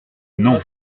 non